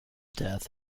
death